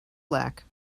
black